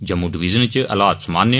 Jammu division इच हालात सामान्य